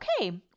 okay